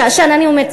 כשאני אומרת,